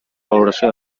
valoració